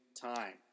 time